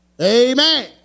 Amen